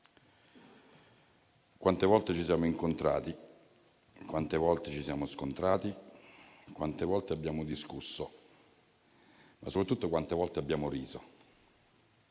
Tante volte ci siamo incontrati, tante volte ci siamo scontrati, tante volte abbiamo discusso, ma soprattutto tante volte abbiamo riso: